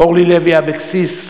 אורלי לוי אבקסיס,